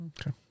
Okay